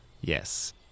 Yes